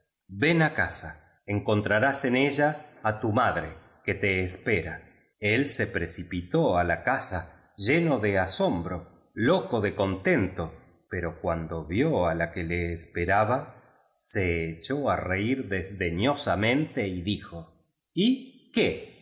yen á casa encontrarás en ella á tu madre que te es pera el se precipitó á la casa lleno de asombro loco de conten to pero cuando vio á la que le esperaba se echó á reir desde ñosamente y dijo y qué